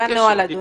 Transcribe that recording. זה הנוהל, אדוני.